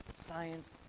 science